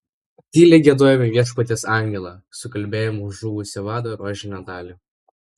tyliai giedojome viešpaties angelą sukalbėjome už žuvusį vadą rožinio dalį